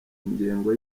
ingengo